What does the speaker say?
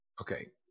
Okay